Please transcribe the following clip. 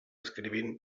escrivint